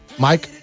Mike